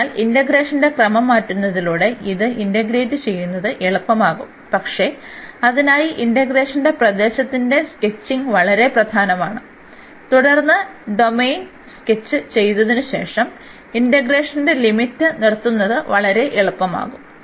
അതിനാൽ ഇന്റഗ്രേഷന്റെ ക്രമം മാറ്റുന്നതിലൂടെ ഇത് ഇന്റഗ്രേറ്റ് ചെയ്യുന്നത് എളുപ്പമാകും പക്ഷേ അതിനായി ഇന്റഗ്രേഷന്റെ പ്രദേശത്തിന്റെ സ്കെച്ചിംഗ് വളരെ പ്രധാനമാണ് തുടർന്ന് ഡൊമെയ്ൻ സ്കെച്ച് ചെയ്തതിനുശേഷം ഇന്റഗ്രേഷന്റെ ലിമിറ്റ് നിർത്തുന്നത് വളരെ എളുപ്പമാകും